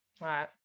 Right